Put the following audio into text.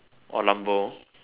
or Lambo